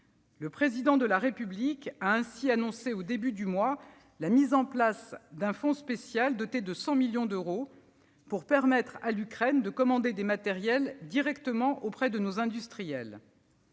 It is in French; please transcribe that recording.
Le Président de la République a ainsi annoncé au début du mois la mise en place d'un fonds spécial, doté de 100 millions d'euros, pour permettre à l'Ukraine de commander des matériels directement auprès de nos industriels.